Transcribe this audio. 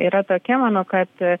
yra tokia mano kad